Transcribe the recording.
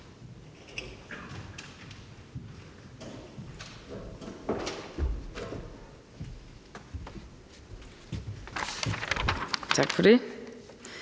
Tak for